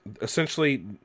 essentially